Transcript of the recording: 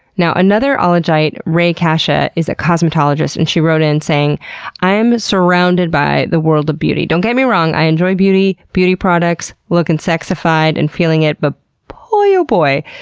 now, another ologite ray casha is a cosmetologist and she wrote in saying i'm surrounded by the world of beauty. don't get me wrong, i enjoy beauty, beauty products, looking sexified and feeling it, but boy, oh boy!